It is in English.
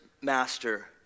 master